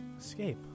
Escape